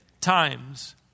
times